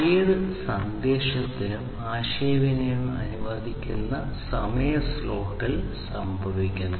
ഏത് സന്ദേശത്തിനും ആശയവിനിമയം അനുവദിച്ച സമയ സ്ലോട്ടിൽ സംഭവിക്കുന്നു